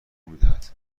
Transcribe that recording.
میدهد